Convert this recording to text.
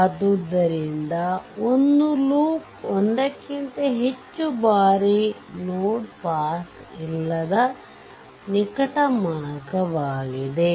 ಆದ್ದರಿಂದ ಒಂದು ಲೂಪ್ ಒಂದಕ್ಕಿಂತ ಹೆಚ್ಚು ಬಾರಿ ನೋಡ್ ಪಾಸ್ ಇಲ್ಲದ ನಿಕಟ ಮಾರ್ಗವಾಗಿದೆ